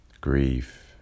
Grief